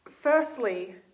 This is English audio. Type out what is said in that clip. Firstly